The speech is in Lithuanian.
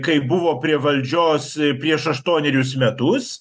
kai buvo prie valdžios prieš aštuonerius metus